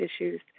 issues